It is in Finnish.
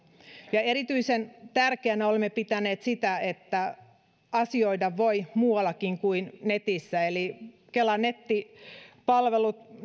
erityisen tärkeänä olemme pitäneet sitä että asioida voi muuallakin kuin netissä kelan nettipalvelut